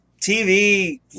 TV